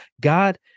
God